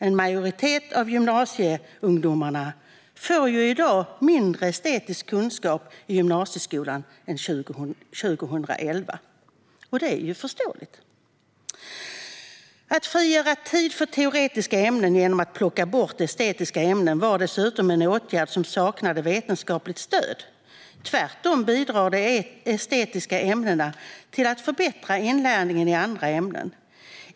En majoritet av gymnasieungdomarna får mindre estetisk kunskap i gymnasieskolan i dag än vad de fick 2011, och det är ju förståeligt. Att frigöra tid för teoretiska ämnen genom att plocka bort estetiska ämnen var dessutom en åtgärd som saknade vetenskapligt stöd. Tvärtom bidrar de estetiska ämnena till att förbättra inlärningen i andra ämnen.